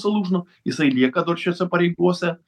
zalūžno jisai lieka šiose pareigose